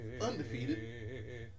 Undefeated